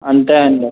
అంతే అండి